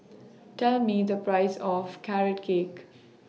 Tell Me The Price of Carrot Cake